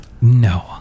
No